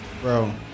bro